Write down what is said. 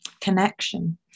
connection